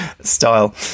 style